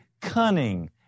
cunning